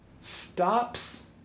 stops